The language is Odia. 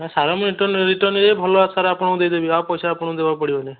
ହଁ ସାର ମୁଁ ରିଟର୍ନ୍ ରିଟର୍ନ୍ ନିଏ ଭଲ ସାର ଆପଣଙ୍କୁ ଦେଇଦେବି ଆଉ ପାଇସା ଆପଣଙ୍କୁ ଦେବାକୁ ପଡ଼ିବନି